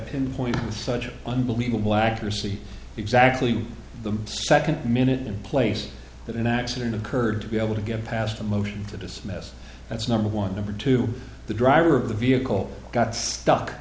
pinpoint such an unbelievable accuracy exactly the second minute in place that an accident occurred to be able to get past a motion to dismiss that's number one number two the driver of the vehicle got stuck